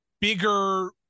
bigger